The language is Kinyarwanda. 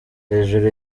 hejuru